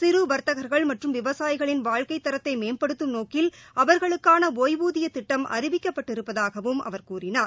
சிறு வர்த்தகர்கள் மற்றும் விவசாயிகளின் வாழ்க்கை தரத்தை மேம்படுத்தும் நோக்கில் அவர்களுக்கான ஒய்வூதிய திட்டம் அறிவிக்கப்பட்டிருப்பதாகவும் அவர் கூறினார்